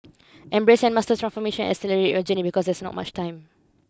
embrace and master transformation and accelerate your journey because there's no much time